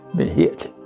been hit.